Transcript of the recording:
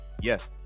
Yes